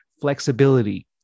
flexibility